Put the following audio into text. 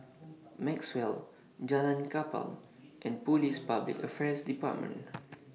Maxwell Jalan Kapal and Police Public Affairs department